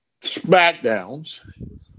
Smackdowns